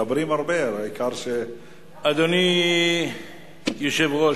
אדוני היושב-ראש,